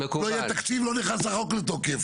לא יהיה תקציב, לא נכנס החוק לתוקף.